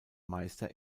meister